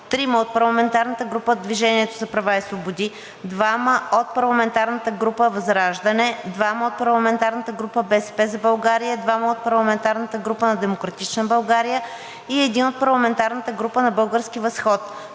3 от парламентарната група „Движение за права и свободи“, 2 от парламентарната група ВЪЗРАЖДАНЕ, 2 от парламентарната група „БСП за България“, 2 от парламентарната група на „Демократична България“ и 1 от парламентарната група „Български възход“.